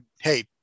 hey